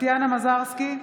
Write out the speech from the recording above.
טטיאנה מזרסקי,